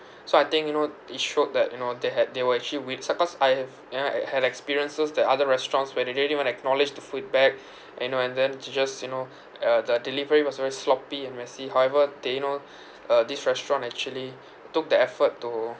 so I think you know it showed that you know they had they will actually will so cause I have you know uh had experiences that other restaurants where they didn't even acknowledge the feedback you know and then they just you know uh the delivery was very sloppy and messy however they you know uh this restaurant actually took the effort to